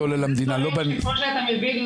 זה דברים שכמו שאתה מבין,